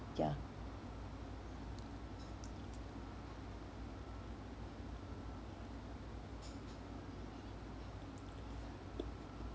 ya